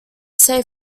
save